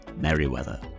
Merriweather